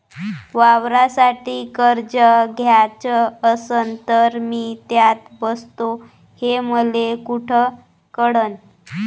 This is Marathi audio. वावरासाठी कर्ज घ्याचं असन तर मी त्यात बसतो हे मले कुठ कळन?